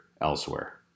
elsewhere